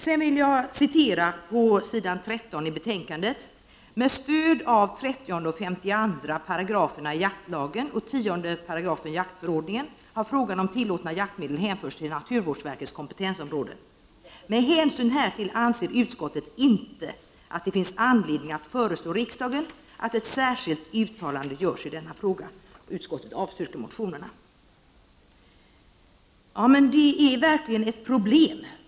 Jag vill citera på s. 13 i jordbruksutskottets betänkande 4: ”Med stöd av 30 och 52 §§ jaktlagen och 10 § jaktförordningen har frågan om tillåtna jaktmedel hänförts till naturvårdsverkets kompetensområde. Med hänsyn härtill anser utskottet inte att det finns anledning att föreslå riksdagen att ett särskilt uttalande görs i denna fråga. Utskottet avstyrker således motionerna Jo707 och Jo858.” Blyet är verkligen ett problem!